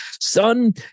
Son